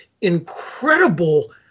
incredible